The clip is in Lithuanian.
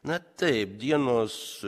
na taip dienos